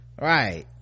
right